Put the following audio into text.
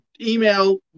email